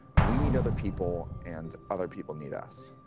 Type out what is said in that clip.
we need other people, and other people need us.